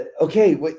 okay